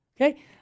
okay